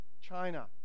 China